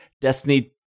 Destiny